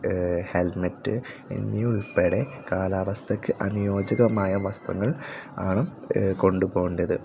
helmet എന്നിവ ഉൾപ്പടെ കാലാവസ്ഥക്ക് അനുയോജ്യകരമായ വസ്ത്രങ്ങൾ ആകണം കൊണ്ട് പോകേണ്ടത്